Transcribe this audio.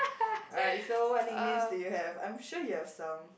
alright so what nicknames do you have I am sure you have some